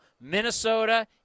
Minnesota